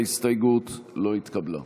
ההסתייגות לא התקבלה.